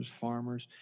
farmers